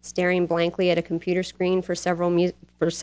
staring blankly at a computer screen for several mute for